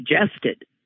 suggested